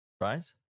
Right